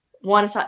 one